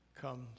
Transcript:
comes